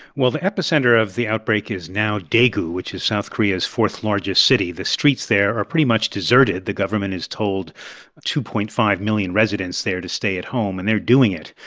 well, the epicenter of the outbreak is now daegu, which is south korea's fourth-largest city. the streets there are pretty much deserted. the government has told two point five million residents there to stay at home, and they're doing it.